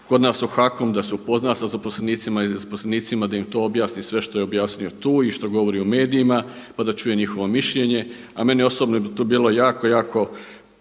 kod nas u HAKOM, da se upozna sa zaposlenicima i zaposlenicima da im sve to objasni sve što je objasnio tu i što govori u medijima, pa da čuje njihovo mišljenja. A meni osobno bi to bilo jako, jako